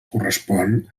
correspon